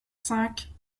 cinq